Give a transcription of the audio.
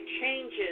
changes